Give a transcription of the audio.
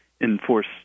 enforce